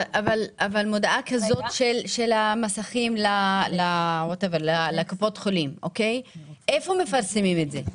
אבל הודעה כזאת של מסכים לקופות החולים איפה מפרסמים את זה?